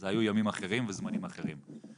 אלה היו ימים אחרים וזמנים אחרים.